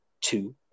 two